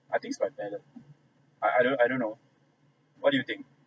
I think it's by ballot I I don't I don't know what do you think